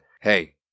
hey